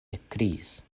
ekkriis